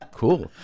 cool